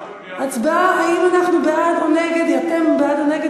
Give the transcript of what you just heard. הצבעה, האם אתם בעד או נגד דיון